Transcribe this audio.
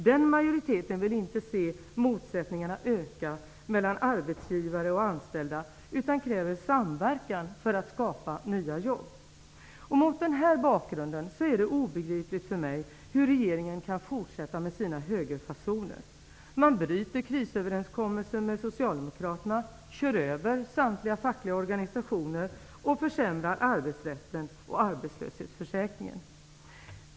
Den majoriteten vill inte se motsättningarna öka mellan arbetsgivare och anställda utan kräver samverkan för att skapa nya jobb. Mot den här bakgrunden är det obegripligt för mig hur regeringen kan fortsätta med sina högerfasoner. Man bryter krisöverenskommelsen med socialdemokraterna, kör över samtliga fackliga organisationer och försämrar arbetsrätten och arbetslöshetsförsäkringen.